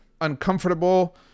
uncomfortable